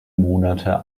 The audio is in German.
monate